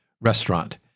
restaurant